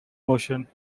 motion